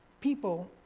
people